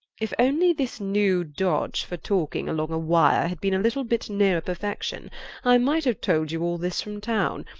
if only this new dodge for talking along a wire had been a little bit nearer perfection i might have told you all this from town,